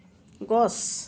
গছ